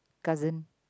cousin